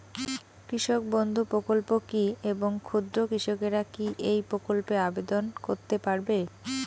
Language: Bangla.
কৃষক বন্ধু প্রকল্প কী এবং ক্ষুদ্র কৃষকেরা কী এই প্রকল্পে আবেদন করতে পারবে?